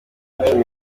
cumi